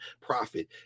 profit